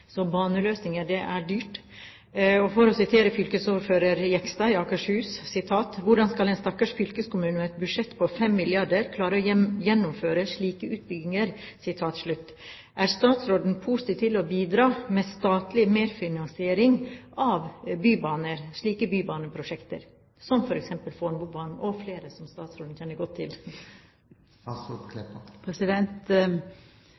så baneløsninger er dyrt. For å sitere fylkesordfører Jegstad i Akershus: «Hvordan skal en stakkars fylkeskommune med et budsjett på 5 milliarder kroner klare å gjennomføre slike utbygginger?» Er statsråden positiv til å bidra til statlig merfinansiering av slike bybaneprosjekter, som f.eks. Fornebubanen og flere, som statsråden kjenner godt